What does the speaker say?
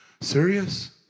serious